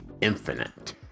Infinite